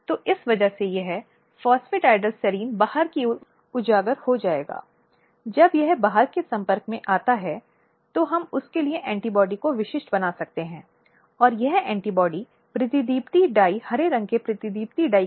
और वह इस स्थिति पर बेहतर प्रतिक्रिया दे सकती है कि वह अंदर से महिला है